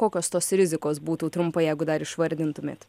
kokios tos rizikos būtų trumpai jeigu dar išvardintumėt